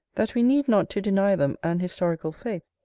that we need not to deny them an historical faith.